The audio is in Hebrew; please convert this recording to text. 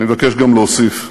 אני מבקש גם להוסיף,